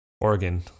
Oregon